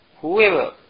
Whoever